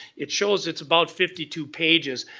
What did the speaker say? it shows it's about fifty two pages.